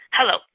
Hello